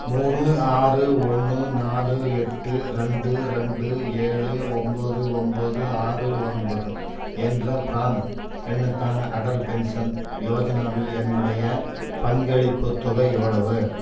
மூணு ஆறு ஒன்று நாலு எட்டு ரெண்டு ரெண்டு ஏழு ஒன்போது ஒன்போது ஆறு ஒன்பது என்ற பிரான் எண்ணுக்கான அடல் பென்ஷன் யோஜனாவில் என்னுடைய பங்களிப்புத் தொகை எவ்வளவு